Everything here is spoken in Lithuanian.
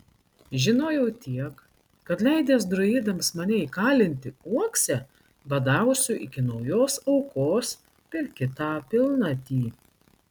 žinojau tiek kad leidęs druidams mane įkalinti uokse badausiu iki naujos aukos per kitą pilnatį